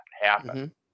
happen